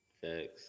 Thanks